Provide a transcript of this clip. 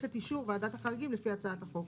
את אישור ועדת החריגים לפי הצעת החוק.